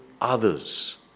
others